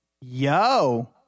Yo